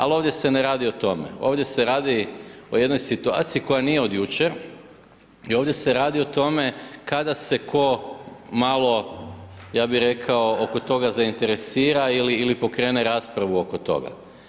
Al ovdje se ne radi o tome, ovdje se radi o jednoj situaciji koja nije od jučer i ovdje se radi o tome kada se ko malo ja bi rekao oko toga zainteresira ili pokrene raspravu oko toga.